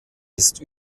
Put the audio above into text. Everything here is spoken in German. ist